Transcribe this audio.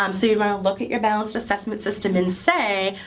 um so you'd want to look at your balanced assessment system and say,